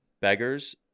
beggars